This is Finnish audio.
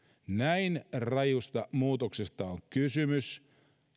näin rajusta muutoksesta on kysymys